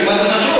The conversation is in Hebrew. מה זה חשוב?